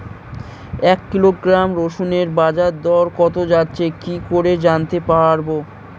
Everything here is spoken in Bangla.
এক কিলোগ্রাম রসুনের বাজার দর কত যাচ্ছে কি করে জানতে পারবো?